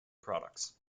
products